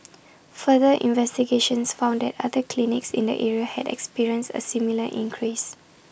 further investigations found that other clinics in the area had experienced A similar increase